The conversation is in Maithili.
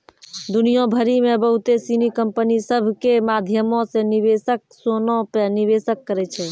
दुनिया भरि मे बहुते सिनी कंपनी सभ के माध्यमो से निवेशक सोना पे निवेश करै छै